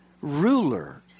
ruler